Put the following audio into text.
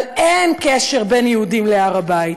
אבל אין קשר בין היהודים להר הבית.